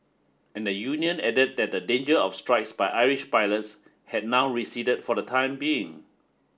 and the union added that the danger of strikes by Irish pilots had now receded for the time being